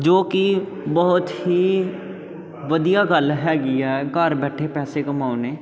ਜੋ ਕਿ ਬਹੁਤ ਹੀ ਵਧੀਆ ਗੱਲ ਹੈਗੀ ਆ ਘਰ ਬੈਠੇ ਪੈਸੇ ਕਮਾਉਣੇ